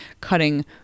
cutting